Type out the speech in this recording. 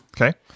Okay